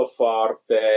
forte